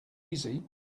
easy